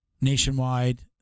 nationwide